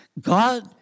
God